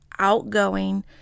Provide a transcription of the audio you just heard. outgoing